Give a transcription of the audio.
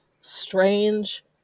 strange